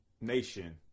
nation